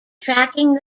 tracking